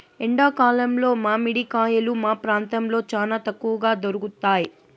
ఎండా కాలంలో మామిడి కాయలు మా ప్రాంతంలో చానా తక్కువగా దొరుకుతయ్